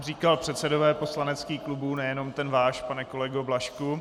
Říkal jsem předsedové poslaneckých klubů, nejenom ten váš, pane kolego Blažku .